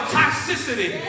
toxicity